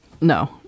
No